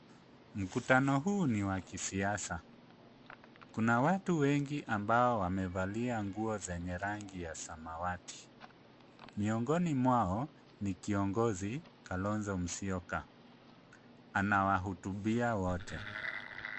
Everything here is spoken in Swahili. Mkutano hu ni wa kisiasa. Kuna watu wengi ambao wamevalia nguo zenye rangi ya samawati. Miongoni mwao ni kiongozi Kalonzo Musyoka. Anawahutubia wote.